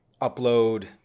upload